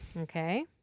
okay